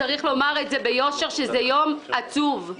צריך לומר ביושר שזהו יום עצוב.